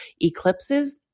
eclipses